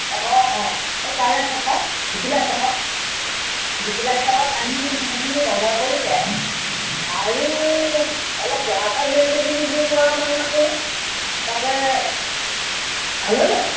অঁ অঁ এ তাৰে চকত দিপিলা চকত দিপিলা চকত আমি সেইখিনি বজাৰ কৰিম দে আৰু অলপ জহা চাউল লৈ গেলি কিন্তু পৰমান্নটো তাতে ভাল হ'ল হয়